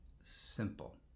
simple